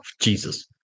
Jesus